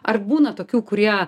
ar būna tokių kurie